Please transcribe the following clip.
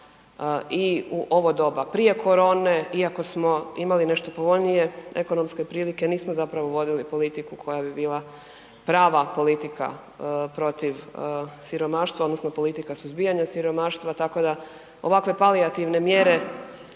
i u ovo doba prije korone iako smo imali nešto povoljnije ekonomske prilike nismo zapravo vodili politiku koja bi bila prava politika protiv siromaštva odnosno politika suzbijanja siromaštva, tako da ovakve palijativne mjere,